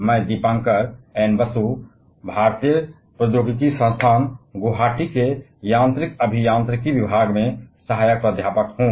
मैं mechanical engineering IIT Guwahati के विभाग में दीपांकर एन बसु सहायक प्रोफेसर हूं